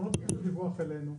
אנחנו לא מקבלים את הדיווח אלינו.